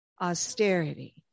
Austerity